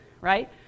right